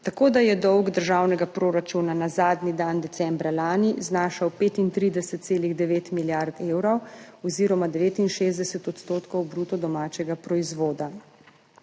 tako da je dolg državnega proračuna na zadnji dan decembra lani znašal 35,9 milijarde evrov oziroma 69 % bruto domačega proizvoda.